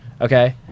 Okay